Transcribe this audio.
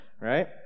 right